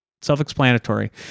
Self-explanatory